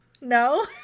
No